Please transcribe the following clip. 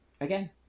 again